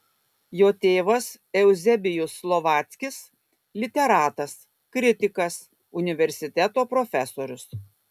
jo tėvas euzebijus slovackis literatas kritikas universiteto profesorius